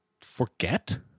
forget